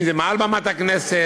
אם זה מעל במת הכנסת,